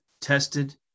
tested